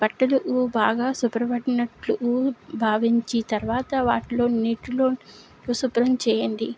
బట్టలు బాగా సుప్రబట్టినట్లు భావించి తర్వాత వాటిలో నీటిలో శుభ్రం చేయండి